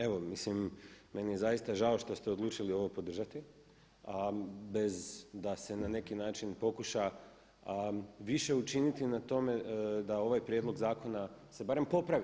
Evo, mislim meni je zaista žao što ste odlučili ovo podržati a bez da se na neki način pokuša više učiniti na tome da ovaj prijedlog zakona se barem popravi.